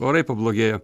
orai pablogėjo